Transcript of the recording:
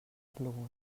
plogut